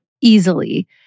easily